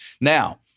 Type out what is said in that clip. Now